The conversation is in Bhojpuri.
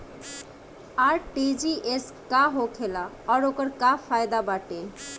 आर.टी.जी.एस का होखेला और ओकर का फाइदा बाटे?